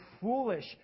foolish